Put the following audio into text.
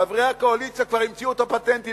חברי הקואליציה כבר המציאו את הפטנטים,